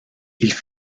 ils